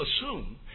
assume